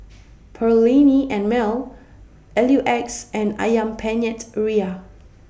Perllini and Mel L U X and Ayam Penyet Ria